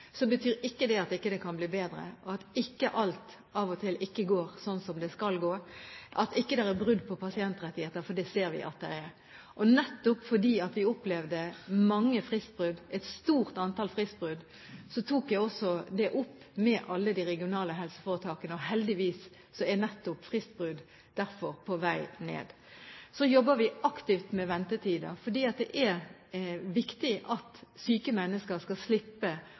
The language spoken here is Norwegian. Så betyr ikke det at det ikke kan bli bedre, at ikke alt av og til går slik som det skal gå, at ikke det er brudd på pasientrettigheter, for det ser vi at det er. Og nettopp fordi vi opplevde mange fristbrudd – et stort antall fristbrudd – tok jeg også det opp med alle de regionale helseforetakene. Heldigvis er nettopp fristbrudd derfor på vei ned. Så jobber vi aktivt med ventetider, for det er viktig at syke mennesker skal slippe